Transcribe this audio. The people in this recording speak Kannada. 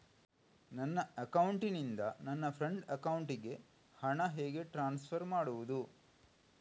ನನ್ನ ಅಕೌಂಟಿನಿಂದ ನನ್ನ ಫ್ರೆಂಡ್ ಅಕೌಂಟಿಗೆ ಹಣ ಹೇಗೆ ಟ್ರಾನ್ಸ್ಫರ್ ಮಾಡುವುದು?